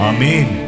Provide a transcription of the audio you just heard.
Amen